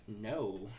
No